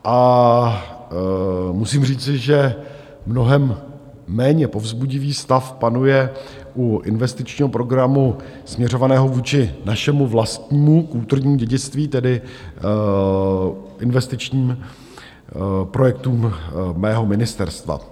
A musím říci, že mnohem méně povzbudivý stav panuje u investičního programu směřovaného vůči našemu vlastnímu kulturnímu dědictví, tedy investičním projektům mého ministerstva.